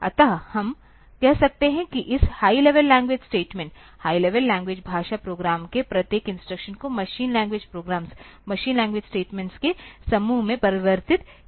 अतः हम कह सकते हैं कि इस high level language statement high level language भाषा प्रोग्राम के प्रत्येक इंस्ट्रक्शन को machine language programs machine language statements के समूह में परिवर्तित कर दिया जाएगा